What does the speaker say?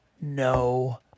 no